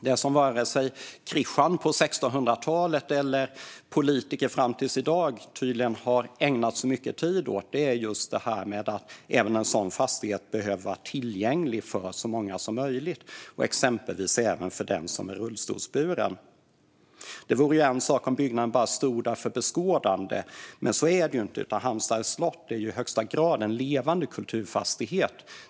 Det som inte vare sig Kristian på 1600-talet eller politiker fram till i dag har ägnat så mycket tid åt är att även en sådan fastighet behöver vara tillgänglig för så många som möjligt, exempelvis även för den som är rullstolsburen. Det är en sak om byggnaden står där bara för beskådande, men så är det inte. Halmstads slott är i högsta grad en levande kulturfastighet.